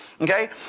Okay